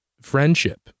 friendship